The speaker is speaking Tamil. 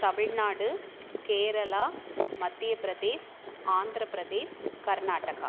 தமிழ்நாடு கேரளா மத்தியப்பிரதேஷ் ஆந்திரப்பிரதேஷ் கர்நாடகா